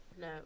No